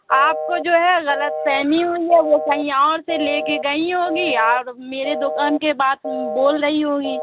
آپ کو جو ہے غلط فہمی ہوئی ہے وہ کہیں اور سے لے کے گئیں ہوں گی اور میرے دکان کے بات بول رہی ہوگی